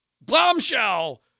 bombshell